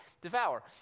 devour